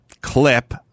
clip